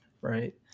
Right